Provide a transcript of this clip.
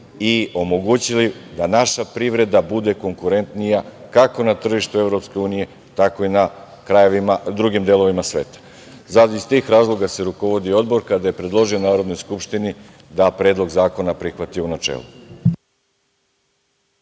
i omogućili da naša privreda bude konkurentnija kako na tržištu EU, tako i u drugim delovima sveta. Iz tih razloga se rukovodio odbor kada je predložio Narodnoj skupštini da Predlog zakona prihvati u načelu.